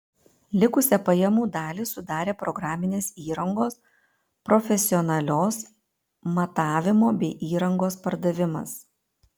likusią pajamų dalį sudarė programinės įrangos profesionalios matavimo bei įrangos pardavimas